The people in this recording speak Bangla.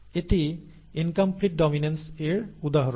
এটি ইনকমপ্লিট ডমিনেন্স এর উদাহরণ